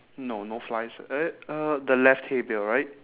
no no flies eh uh the left hay bale right